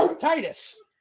Titus